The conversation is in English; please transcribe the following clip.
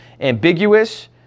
ambiguous